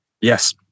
Yes